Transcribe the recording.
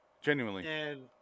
genuinely